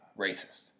Racist